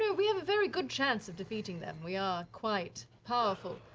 yeah we have a very good chance of defeating them. we are quite powerful.